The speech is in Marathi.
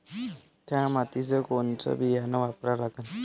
थ्या मातीत कोनचं बियानं वापरा लागन?